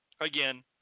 again